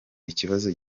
ikibazo